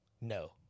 No